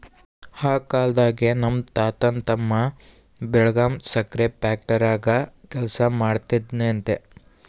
ಆ ಕಾಲ್ದಾಗೆ ನಮ್ ತಾತನ್ ತಮ್ಮ ಬೆಳಗಾಂ ಸಕ್ರೆ ಫ್ಯಾಕ್ಟರಾಗ ಕೆಲಸ ಮಾಡ್ತಿದ್ನಂತೆ